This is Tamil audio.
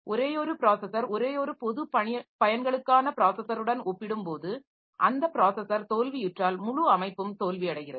ஒரேயொரு ப்ராஸஸர் ஒரேயொரு பொதுப் பயன்களுக்கான ப்ராஸஸருடன் ஒப்பிடும்போது அந்த ப்ராஸஸர் தோல்வியுற்றால் முழு அமைப்பும் தோல்வியடைகிறது